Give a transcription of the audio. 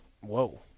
whoa